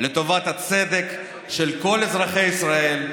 לטובת הצדק של כל אזרחי ישראל,